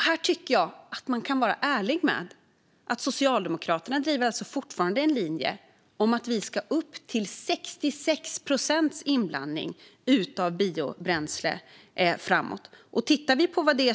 Här tycker jag att man kan vara ärlig: Socialdemokraterna driver fortfarande en linje som innebär att vi ska upp till 66 procents inblandning av biobränsle!